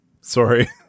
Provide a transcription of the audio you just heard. Sorry